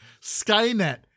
Skynet